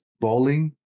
bowling